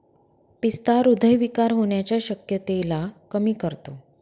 पिस्ता हृदय विकार होण्याच्या शक्यतेला कमी करतो